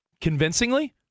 convincingly